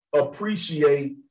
appreciate